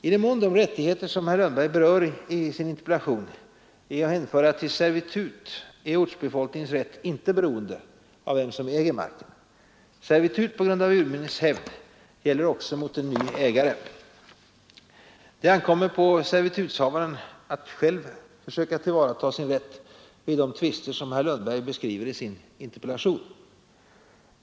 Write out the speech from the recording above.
I den mån de rättigheter herr Lundberg berör i sin interpellation är att hänföra till servitut är ortsbefolkningens rätt inte beroende av vem som äger marken. Servitut på grund av urminnes hävd gäller även mot ny ägare. Det ankommer på servitutshavaren att själv söka tillvarataga sin rätt vid de tvister som herr Lundberg beskriver i sin interpellation.